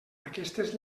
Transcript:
aquestes